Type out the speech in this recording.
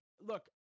look